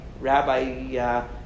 Rabbi